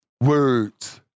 Words